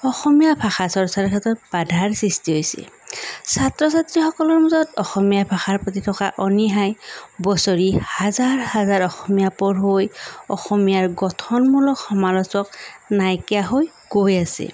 অসমীয়া ভাষাৰ চৰ্চাৰ ক্ষেত্ৰত বাধাৰ সৃষ্টি হৈছে ছাত্ৰ ছাত্ৰীসকলৰ মাজত অসমীয়া ভাষাৰ প্ৰতি থকা অনিহাই বছৰি হাজাৰ হাজাৰ অসমীয়া পঢ়ুৱৈ অসমীয়াৰ গঠনমূলক সমালোচক নাইকীয়া হৈ গৈ আছে